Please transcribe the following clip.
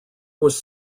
was